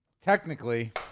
Technically